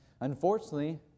Unfortunately